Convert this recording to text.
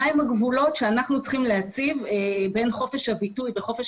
מה הם הגבולות שאנחנו צריכים להציב בין חופש הביטוי וחופש